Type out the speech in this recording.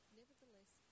nevertheless